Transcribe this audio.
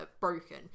broken